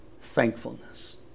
thankfulness